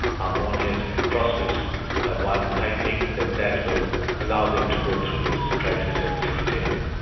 harmonious and prosperous one, i think that that will allow them to go through this crisis and sustain them.